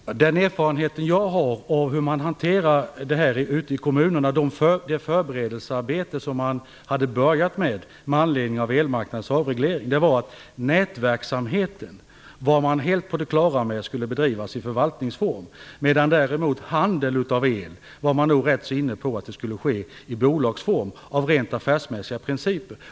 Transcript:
Fru talman! Den erfarenhet jag har av hur man ute i kommunerna hanterar det förberedelsearbete som har börjat med anledning av elmarknadens avreglering är att man är helt på det klara med att nätverksamheten skall bedrivas i förvaltningsform. Däremot är man nog ganska inne på att handel med el skall ske i bolagsform, och det av rent affärsmässiga principer.